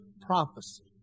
prophecy